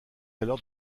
alors